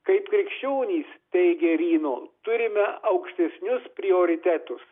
kaip krikščionys teigė ryno turime aukštesnius prioritetus